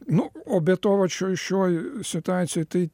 nu o be to vat šioj šioj situacijoj tai